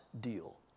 deal